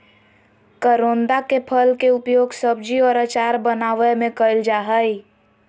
करोंदा के फल के उपयोग सब्जी और अचार बनावय में कइल जा हइ